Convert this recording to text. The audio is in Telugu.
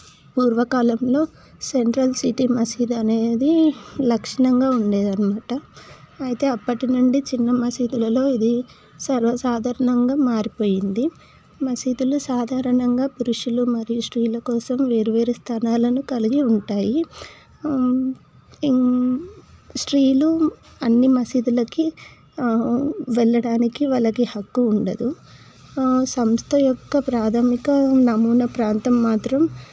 పూర్వకాలంలో సెంట్రల్ సిటీ మసీదు అనేది లక్షణంగా ఉండేదన్నమాట అయితే అప్పటినుండి చిన్న మసీదులలో ఇది సర్వసాధారణంగా మారిపోయింది మసీదులు సాధారణంగా పురుషులు మరియు స్త్రీల కోసం వేరువేరు స్థానాలను కలిగి ఉంటాయి స్త్రీలు అన్ని మసీదులకీ వెళ్లడానికి వాళ్ళకి హక్కు ఉండదు సంస్థ యొక్క ప్రాథమిక నమూనా ప్రాంతం మాత్రం